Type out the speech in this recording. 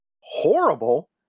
horrible